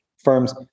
firms